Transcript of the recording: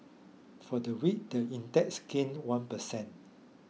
for the week the index gained one per cent